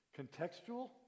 Contextual